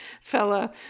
fella